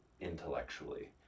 intellectually